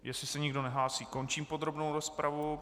Jestli se nikdo nehlásí, končím podrobnou rozpravu.